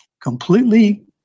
completely